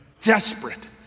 Desperate